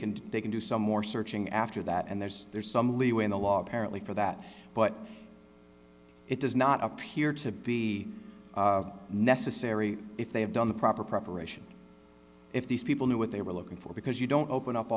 do they can do some more searching after that and there's there's some leeway in the law parrot lee for that but it does not appear to be necessary if they have done the proper preparation if these people knew what they were looking for because you don't open up